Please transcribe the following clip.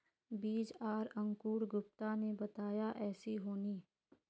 बीज आर अंकूर गुप्ता ने बताया ऐसी होनी?